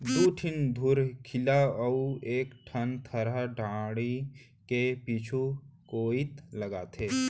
दू ठिन धुरखिली अउ एक ठन थरा डांड़ी के पीछू कोइत लागथे